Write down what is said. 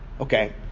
Okay